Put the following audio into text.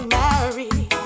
married